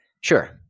sure